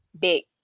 Big